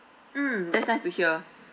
mm that's nice to hear